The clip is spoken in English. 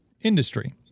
industry